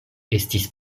estis